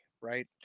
right